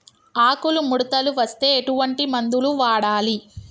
ఆకులు ముడతలు వస్తే ఎటువంటి మందులు వాడాలి?